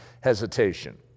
hesitation